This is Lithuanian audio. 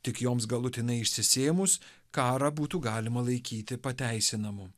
tik joms galutinai išsisėmus karą būtų galima laikyti pateisinamu